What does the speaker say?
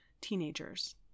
teenagers